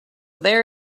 there